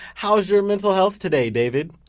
how's your mental health today, david?